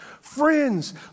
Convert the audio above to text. friends